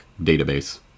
database